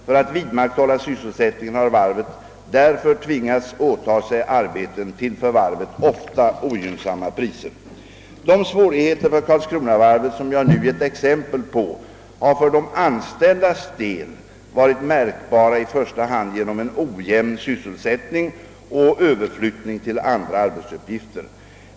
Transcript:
För att vidmakthålla sysselsättningen har varvet därför tvingats åta sig arbeten till för varvet ofta ogynnsamma priser. De svårigheter för Karlskronavarvet som jag nu gett exempel på har för de anställdas del varit märkbara i första hand genom en ojämn sysselsättning och överflyttning till andra arbetsuppgifter.